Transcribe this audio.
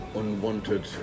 unwanted